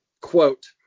Quote